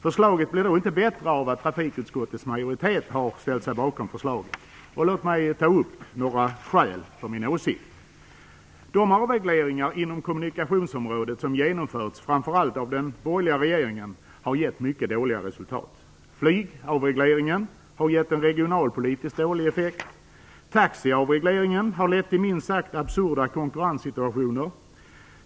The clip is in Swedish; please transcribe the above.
Förslaget blir inte bättre av att trafikutskottets majoritet har ställt sig bakom det. Låt mig ta upp några skäl för min åsikt. De avregleringar inom kommunikationsområdet som genomförts, framför allt av den borgerliga regeringen, har givit mycket dåliga resultat. Flygavregleringen har givit en regionalpolitiskt dålig effekt. Taxiavregleringen har lett till minst sagt absurda konkurrenssituationer.